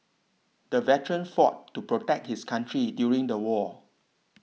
the veteran fought to protect his country during the war